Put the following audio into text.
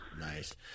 nice